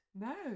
No